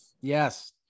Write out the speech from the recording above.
yes